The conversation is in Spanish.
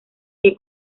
que